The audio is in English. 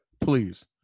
please